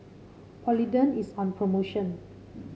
Polident is on promotion